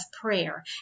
prayer